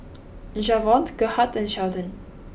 Javonte Gerhardt and Sheldon